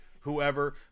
whoever